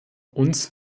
uns